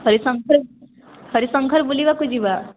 ହରିଶଙ୍କର ହରିଶଙ୍କର ବୁଲିବାକୁ ଯିବା